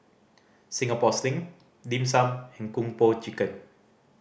Singapore Sling Dim Sum and Kung Po Chicken